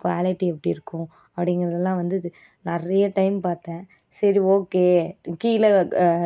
quality எப்படி இருக்கும் அப்படிங்கிறதெல்லாம் வந்து இது நிறைய டைம் பார்த்தேன் சரி ஓகே கீழே